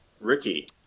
Ricky